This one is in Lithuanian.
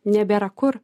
nebėra kur